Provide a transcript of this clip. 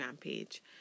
page